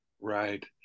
Right